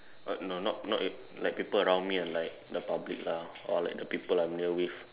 uh no not not it like people around me and like the public lah or like the people I'm near with